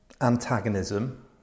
Antagonism